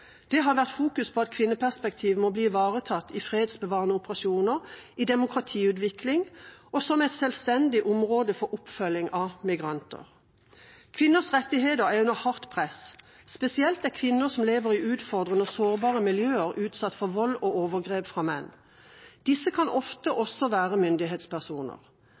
Det har vært fokus på at kvinneperspektiv må bli ivaretatt i fredsbevarende operasjoner, i demokratiutvikling og som et selvstendig område for oppfølging av migranter. Kvinners rettigheter er under hardt press. Spesielt er kvinner som lever i utfordrende og sårbare miljøer, utsatt for vold og overgrep fra menn. Disse kan ofte også være myndighetspersoner.